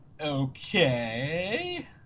okay